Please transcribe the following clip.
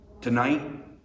Tonight